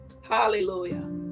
Hallelujah